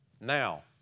Now